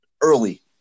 early